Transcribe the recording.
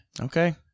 Okay